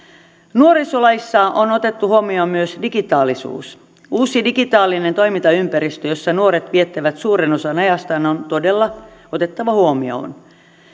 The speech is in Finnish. nuorisolaissa on otettu huomioon myös digitaalisuus uusi digitaalinen toimintaympäristö jossa nuoret viettävät suuren osan ajastaan on todella otettava huomioon